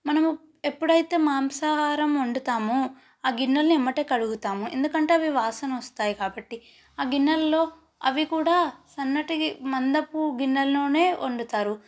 మనము ఎప్పుడైతే మాంసాహారం వండుతామె ఆ గిన్నెలు వెంబటే కడుగుతాం ఎందుకంటే అవి వాసన వస్తాయి కాబట్టి ఆ గిన్నెలలో అవి కూడా సన్నటి మందపు గిన్నెలో వండుతారు